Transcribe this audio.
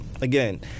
again